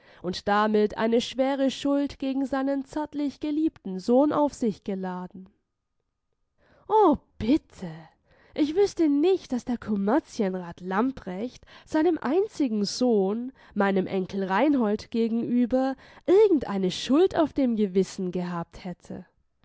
und damit eine schwere schuld gegen seinen zärtlich geliebten sohn auf sich geladen o bitte ich wüßte nicht daß der kommerzienrat lamprecht seinem einzigen sohn meinem enkel reinhold gegenüber irgend eine schuld auf dem gewissen gehabt hätte